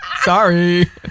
Sorry